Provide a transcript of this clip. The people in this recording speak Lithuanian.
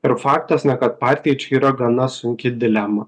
ir faktas kad partija čia yra gana sunki dilema